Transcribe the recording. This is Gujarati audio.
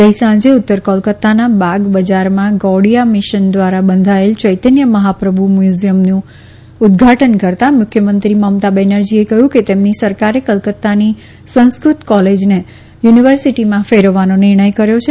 ગઈ સાંજે ઉત્તર કોલકત્તાના બાગ બજારમાં ગૌડીયા મિશન ધ્વારા બંધાયેલ ચૈતન્ય મહાપ્રભુ મ્યુઝીયમનું ઉદઘાટન કરતાં મુખ્યમંત્રી મમતા બેનર્જીચે કહ્યું કે તેમની સરકારે કલકત્તાની સંસ્કૃત કોલેજને યુનિવર્સીટીમાં ફેરવવાનો નિર્ણય કર્યો છે